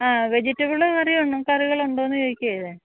അ vegetable കറികൾ ഉണ്ടോ എന്ന് ചോദിക്കുകയാണ് ഞാൻ